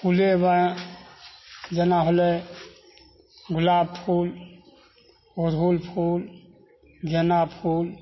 फूलेमे जेना भेलै गुलाब फूल अरहुल फूल गेना फूल